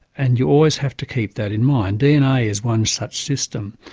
and you always have to keep that in mind. dna is one such system.